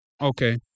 Okay